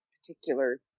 particular